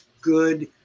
good